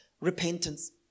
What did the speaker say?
repentance